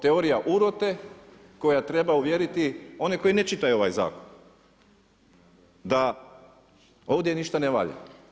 Teorija urote koja treba uvjeriti one koji ne čitaju ovaj zakon da ovdje ništa ne valja.